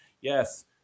Yes